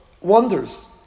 wonders